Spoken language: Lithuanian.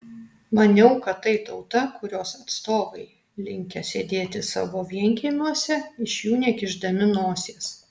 maniau kad tai tauta kurios atstovai linkę sėdėti savo vienkiemiuose iš jų nekišdami nosies